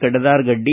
ಕಡದಾರ್ಗಡ್ಡಿ